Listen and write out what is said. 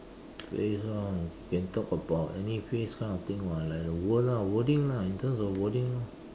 based on you can talk about any phrase kind of thing [what] like the word lah wording lah in terms of wordings lor